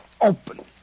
Open